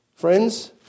Friends